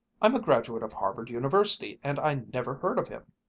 i'm a graduate of harvard university and i never heard of him.